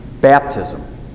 baptism